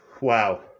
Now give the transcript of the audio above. wow